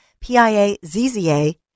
P-I-A-Z-Z-A